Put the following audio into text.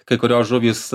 kai kurios žuvys